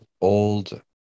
old